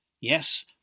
Yes